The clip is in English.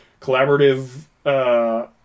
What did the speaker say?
collaborative